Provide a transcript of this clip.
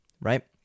right